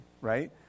Right